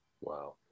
Wow